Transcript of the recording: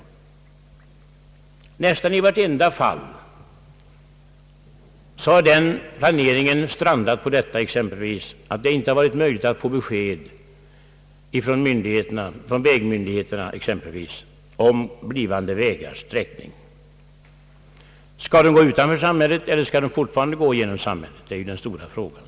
I nästan varje enskilt fall har den planeringen strandat på att det inte har varit möjligt att få besked från myndigheterna, exempelvis vägmyndigheterna, om blivande vägars sträckning. Skall vägarna gå utanför samhället, eller skall de fortfarande gå genom samhället, det är ju den stora frågan.